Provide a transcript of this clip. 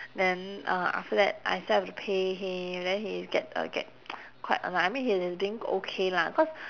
then uh after that I still have to pay him then he get uh get quite annoyed I mean he's being okay lah cause